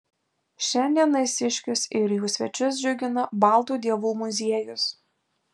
šiandien naisiškius ir jų svečius džiugina baltų dievų muziejus